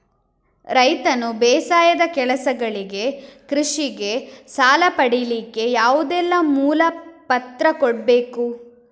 ರೈತನು ಬೇಸಾಯದ ಕೆಲಸಗಳಿಗೆ, ಕೃಷಿಗೆ ಸಾಲ ಪಡಿಲಿಕ್ಕೆ ಯಾವುದೆಲ್ಲ ಮೂಲ ಪತ್ರ ಕೊಡ್ಬೇಕು?